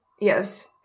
Yes